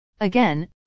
Again